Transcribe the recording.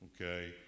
okay